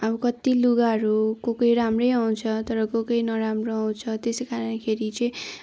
अब कति लुगाहरू को कोही राम्रै आउँछ तर कोही नराम्रो आउँछ त्यसै कारणखेरि चाहिँ